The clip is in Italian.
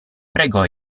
pregò